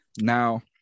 Now